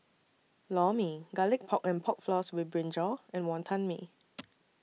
Lor Mee Garlic Pork and Pork Floss with Brinjal and Wonton Mee